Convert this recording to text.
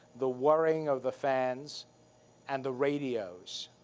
the whirring of the fans and the radios.